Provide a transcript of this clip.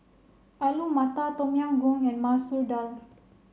Alu Matar Tom Yam Goong and Masoor Dal